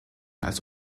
als